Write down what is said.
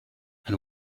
and